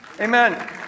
amen